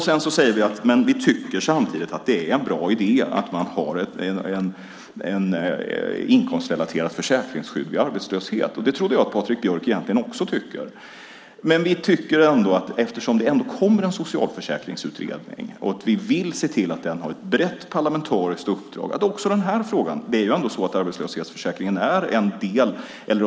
Samtidigt säger vi att vi tycker att det är en bra idé att man har ett inkomstrelaterat försäkringsskydd vid arbetslöshet. Det trodde jag att Patrik Björck egentligen också tyckte. Eftersom det ändå kommer en socialförsäkringsutredning och vi vill se till att den har ett brett parlamentariskt uppdrag tycker vi att man kan låta denna parlamentariska utredning titta närmare också på den här frågan.